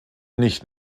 nicht